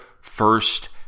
first